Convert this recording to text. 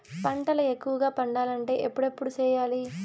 పంటల ఎక్కువగా పండాలంటే ఎప్పుడెప్పుడు సేయాలి?